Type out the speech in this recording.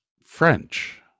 French